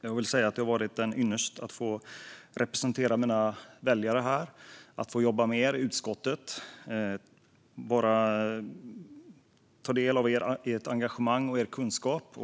Det har varit en ynnest att få representera mina väljare här och att få jobba med er i utskottet och ta del av ert engagemang och er kunskap.